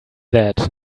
that